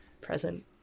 present